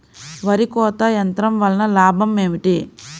వరి కోత యంత్రం వలన లాభం ఏమిటి?